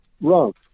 wrong